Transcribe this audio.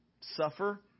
suffer